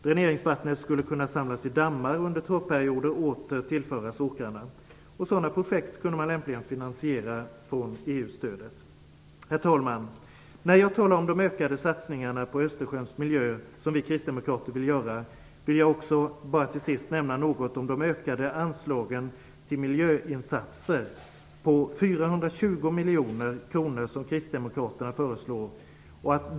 Dräneringsvattnet kunde också samlas i dammar och under torrperioder åter tillföras åkrarna. Sådana projekt kunde man lämpligen finansiera från EU-stödet. Herr talman! När jag talar om de ökade satsningarna på Östersjöns miljö som vi kristdemokrater vill göra vill jag också till sist nämna något om de ökade anslagen till miljöinsatser på 420 miljoner kronor som kristdemokraterna föreslår.